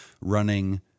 running